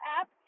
app